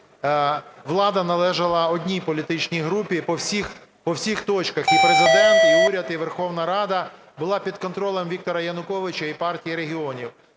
влада належала одній політичній групі по всіх точках: і Президент, і уряд, і Верховна Рада була під контролем Віктора Януковича і Партії регіонів.